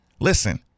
Listen